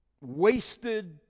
wasted